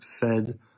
fed